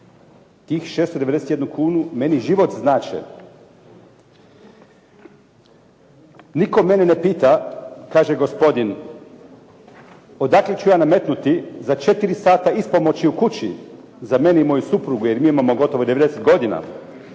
"Tih 691 kunu meni život znače. Nitko mene ne pita odakle ću ja namaknuti za četiri sata ispomoći u kući za mene i moju suprugu, jer mi imamo gotovo 90. godina,